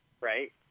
right